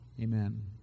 amen